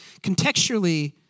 contextually